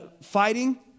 fighting